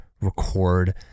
record